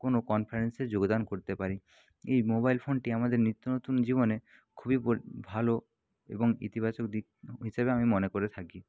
কোনো কনফারেন্সে যোগদান করতে পারি এই মোবাইল ফোনটি আমাদের নিত্যনতুন জীবনে খুবই ভালো এবং ইতিবাচক দিক হিসেবে আমি মনে করে থাকি